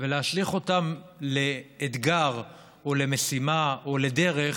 ולהשליך אותם לאתגר, או למשימה, או לדרך